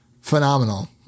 phenomenal